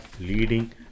leading